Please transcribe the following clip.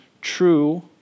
true